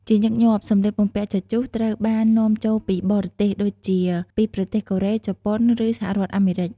ជាញឹកញាប់ សម្លៀកបំពាក់ជជុះត្រូវបាននាំចូលពីបរទេស ដូចជាពីប្រទេសកូរ៉េ ជប៉ុន ឬសហរដ្ឋអាមេរិក។